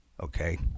Okay